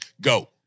Go